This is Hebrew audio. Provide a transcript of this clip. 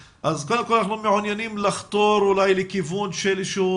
קודם כל אנחנו מעוניינים לחתור לכיוון של איזה שהוא